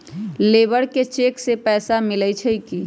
Labour के cheque से पैसा मिलई छई कि?